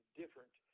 different